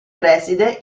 preside